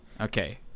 Okay